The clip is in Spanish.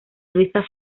luisa